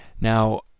Now